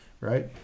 right